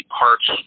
parts